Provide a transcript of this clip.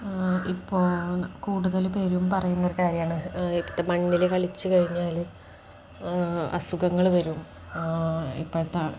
ഇപ്പോൾ കൂടുതൽ പേരും പറയുന്നൊരു കാര്യമാണ് ഇപ്പോഴത്തെ മണ്ണിൽ കളിച്ചു കഴിഞ്ഞാൽ അസുഖങ്ങൾ വരും ഇപ്പോഴത്തെ